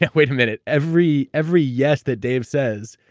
like wait a minute, every every yes that dave says